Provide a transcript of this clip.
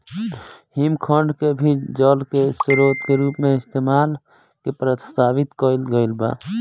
हिमखंड के भी जल के स्रोत के रूप इस्तेमाल करे खातिर योजना के प्रस्तावित कईल गईल बा